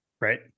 Right